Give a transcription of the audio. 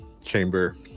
chamber